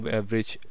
average